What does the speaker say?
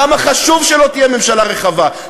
למה חשוב שלא תהיה ממשלה רחבה,